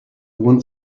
want